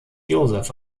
joseph